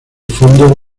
fondos